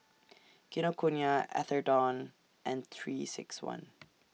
Kinokuniya Atherton and three six one